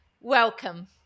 Welcome